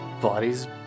bodies